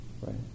right